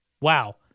Wow